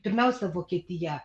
pirmiausia vokietija